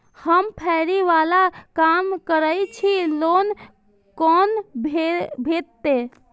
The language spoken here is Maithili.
हम फैरी बाला काम करै छी लोन कैना भेटते?